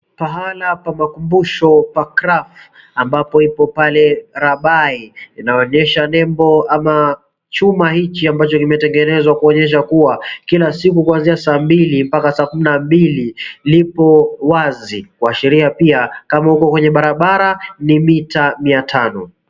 Pahala pa makumbusho pa Kraph ambapo ipo pale Rabai, inaonyesha nembo ama chuma hichi ambacho kimetengenezwa kuonyesha kuwa kila siku kuanzia saa mbili mpaka saa kumi na mbili lipo wazi kuashiria pia kama uko kwenye barabara ni mita mia tano.